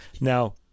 Now